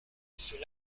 ses